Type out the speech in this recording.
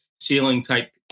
ceiling-type